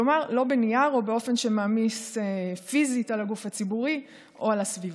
כלומר לא בנייר או באופן שמעמיס פיזית על הגוף הציבורי או על הסביבה.